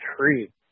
tree